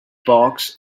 box